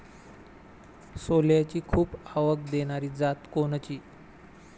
सोल्याची खूप आवक देनारी जात कोनची?